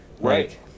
Right